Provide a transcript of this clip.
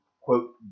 quote